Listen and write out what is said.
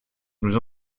nous